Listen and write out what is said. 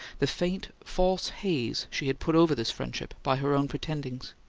the faint, false haze she had put over this friendship by her own pretendings.